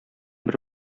бер